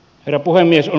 ero puhemies on